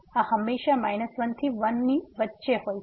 આ હંમેશા 1 અને 1 ની વચ્ચે હોય છે